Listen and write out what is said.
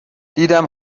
دیدم